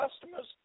customers